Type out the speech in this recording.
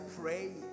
pray